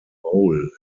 vole